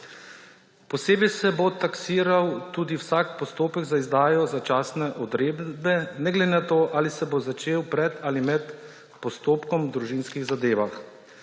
Posebej se bo taksiral tudi vsak postopek za izdajo začasne odredbe, ne glede na to, ali se bo začel pred ali med postopkom o družinskih zadevah.